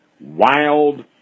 wild